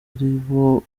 aribo